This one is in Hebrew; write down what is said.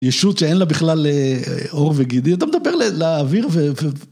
ישות שאין לה בכלל עור וגידים, אתה מדבר לאוויר ו...